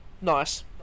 Nice